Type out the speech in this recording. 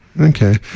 Okay